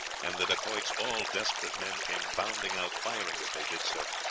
and the dacoits, all desperate men, came bounding out, firing as they did so.